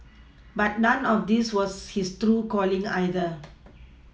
but none of this was his true calling either